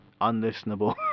unlistenable